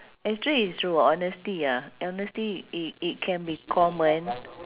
actually it's true honesty ya honesty it it can be common